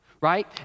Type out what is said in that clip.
right